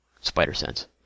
Spider-Sense